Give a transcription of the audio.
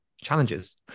challenges